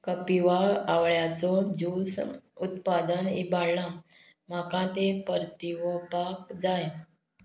कपिवा आवळ्याचो जूस उत्पादन इबाडलां म्हाका तें परतीवपाक जाय